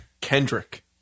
Kendrick